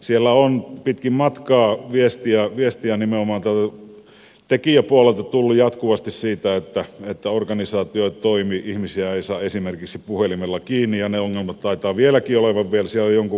siellä on pitkin matkaa viestiä nimenomaan tekijäpuolelta tullut jatkuvasti siitä että organisaatio ei toimi ihmisiä ei saa esimerkiksi puhelimella kiinni ja ne ongelmat taitavat vieläkin olla siellä jonkun verran päällä